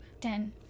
Ten